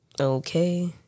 okay